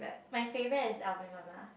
my favourite is Alvin mama